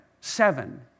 seven